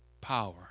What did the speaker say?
power